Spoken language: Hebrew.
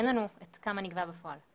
אין לנו כמה נגבה בפועל.